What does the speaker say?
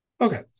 Okay